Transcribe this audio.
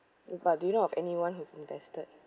eh but do you know of anyone who's invested